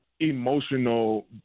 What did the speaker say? emotional